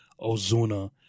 Ozuna